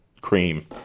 cream